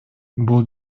бул